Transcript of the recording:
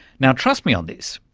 now, trust me on this,